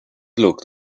looked